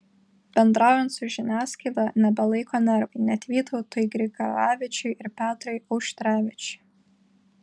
bendraujant su žiniasklaida nebelaiko nervai net vytautui grigaravičiui ir petrui auštrevičiui